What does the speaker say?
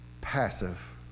passive